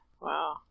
Wow